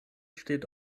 steht